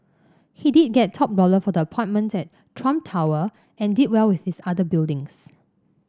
he did get top dollar for the apartments at Trump Tower and did well with his other buildings